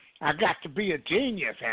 I-got-to-be-a-genius